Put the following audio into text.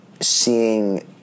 seeing